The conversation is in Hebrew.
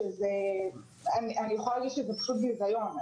אני יכולה לומר שזה פשוט ביזיון.